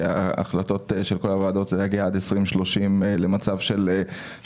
כי ההחלטות של כל הוועדות הן להגיע עד 2030 למצב של 30